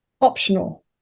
optional